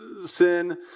sin